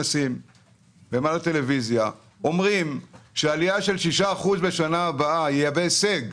בכנסים ובטלוויזיה שעלייה של 6% בשנה הבאה תהווה הישג,